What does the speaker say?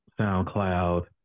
SoundCloud